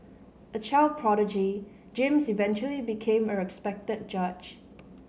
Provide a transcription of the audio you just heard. a child prodigy James eventually became a respected judge